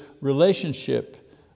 relationship